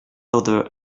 other